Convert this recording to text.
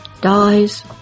dies